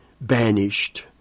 banished